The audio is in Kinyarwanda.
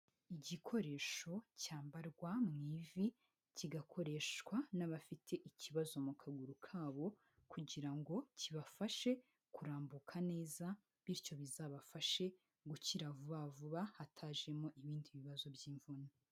Igikoresho cyambarwa mu ivi, kigakoreshwa n'abafite ikibazo mu kaguru kabo kugira ngo kibafashe kurambuka neza, bityo bizabafashe gukira vuba vuba, hatajemo ibindi bibazo by'imvune.